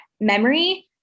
memory